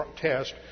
test